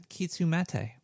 Kitsumate